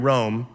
Rome